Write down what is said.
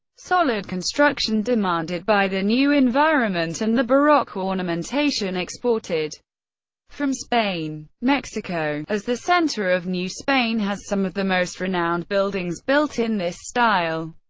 solid construction demanded by the new environment and the baroque ornamentation exported from spain. mexico, as the center of new spain has some of the most renowned buildings built in this style.